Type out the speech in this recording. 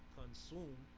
consume